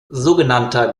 sogenannter